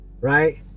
Right